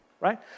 right